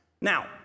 Now